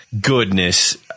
goodness